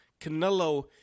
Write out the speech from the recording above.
Canelo